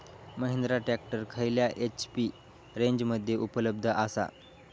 Mahindra tractor खयल्या H P रेंजमध्ये उपलब्ध आसा?